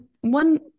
One